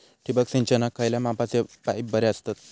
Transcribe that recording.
ठिबक सिंचनाक खयल्या मापाचे पाईप बरे असतत?